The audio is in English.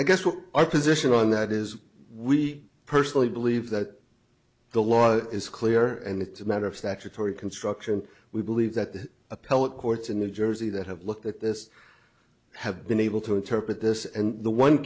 i guess what our position on that is we personally believe that the law is clear and it's a matter of statutory construction we believe that the appellate courts in new jersey that have looked at this have been able to interpret this and the one